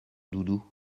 doudou